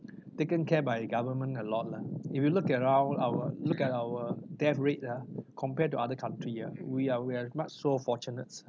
taken care by government a lot lah if you look around our look at our death rate ah compared to other countries ah we are we are much so fortunate